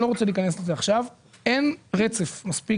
אני לא רוצה להיכנס לזה עכשיו אין רצף מספיק.